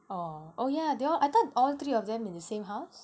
orh oh yeah they all I thought all three of them in the same house